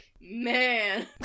man